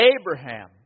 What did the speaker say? Abraham